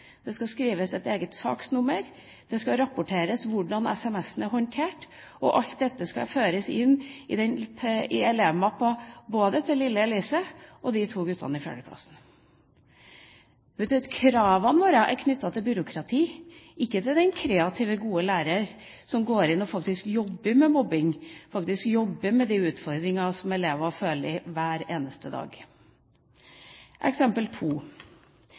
føres inn i elevmappen til lille Elise og til de to guttene i fjerde klasse. Kravene våre er knyttet til byråkrati – ikke til den kreative, gode læreren som går inn og faktisk jobber med mobbing, faktisk jobber med de utfordringene som elever føler hver eneste dag. Eksempel